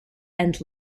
and